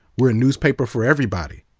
we're a newspaper for everybody.